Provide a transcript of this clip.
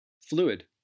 Fluid